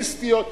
עם סטיות.